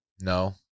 No